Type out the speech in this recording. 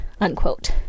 unquote